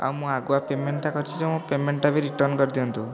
ଆଉ ମୁଁ ଆଗୁଆ ପେମେଣ୍ଟ୍ଟା କରିଛି ଯେଉଁ ମୋ ପେମେଣ୍ଟ୍ଟା ବି ରିଟର୍ଣ୍ଣ କରିଦିଅନ୍ତୁ